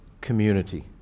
community